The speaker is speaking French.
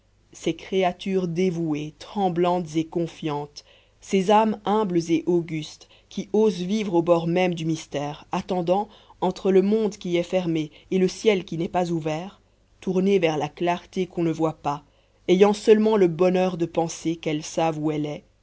ces créatures dévouées tremblantes et confiantes ces âmes humbles et augustes qui osent vivre au bord même du mystère attendant entre le monde qui est fermé et le ciel qui n'est pas ouvert tournées vers la clarté qu'on ne voit pas ayant seulement le bonheur de penser qu'elles savent où elle est